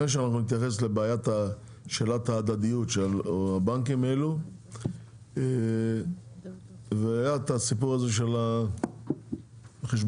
שנתייחס לשאלת ההדדיות שהבנקים העלו היה את הסיפור של החשבונות,